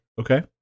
okay